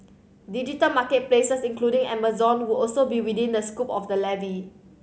digital market places including Amazon would also be within the scope of the levy